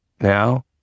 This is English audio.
now